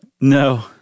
No